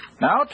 Now